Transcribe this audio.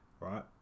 right